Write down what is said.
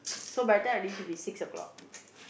so by the time I reach should be six o-clock